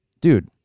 dude